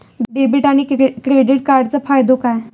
Debit आणि credit कार्डचो फायदो काय?